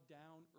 down